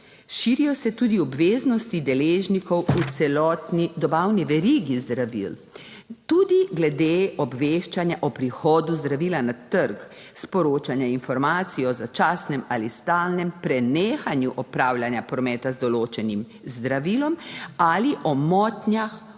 Širijo se tudi obveznosti deležnikov v celotni dobavni verigi zdravil, tudi glede obveščanja o prihodu zdravila na trg, sporočanja informacij o začasnem ali stalnem prenehanju opravljanja prometa z določenim zdravilom ali o motnjah